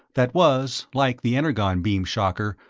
that was, like the energon-beam shocker,